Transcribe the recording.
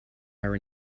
her